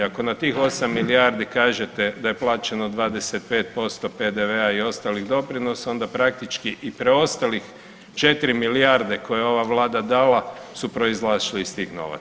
Ako na tih 8 milijardi kažete da je plaćeno 25% PDV-a i ostalih doprinosa, onda praktički i preostalih 4 milijarde koje je ova Vlada dala su proizašli iz tih novaca.